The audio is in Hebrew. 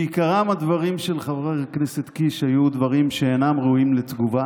בעיקרם הדברים של חבר הכנסת קיש היו דברים שאינם ראויים לתגובה,